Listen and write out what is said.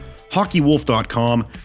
hockeywolf.com